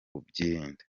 kubyirinda